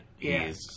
Yes